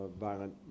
violent